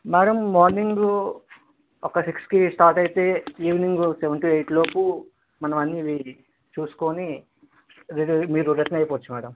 madam morning ఒక సిక్స్కి start అయితే ఈవెనింగ్ సెవెన్ టూ ఎయిట్ లోపు మనం అన్నీ చూసుకోని రిట మీరు రిటర్న్ అయిపోవచ్చు మేడం